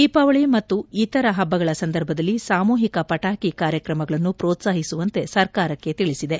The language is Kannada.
ದೀಪಾವಳಿ ಮತ್ತು ಇತರ ಪಬ್ಬಗಳ ಸಂದರ್ಭದಲ್ಲಿ ಸಾಮೂಹಿಕ ಪಟಾಕಿ ಕಾರ್ಯಕ್ರಮಗಳನ್ನು ಪ್ರೋತ್ಲಾಹಿಸುವಂತೆ ಸರ್ಕಾರಕ್ಕೆ ತಿಳಿಸಿದೆ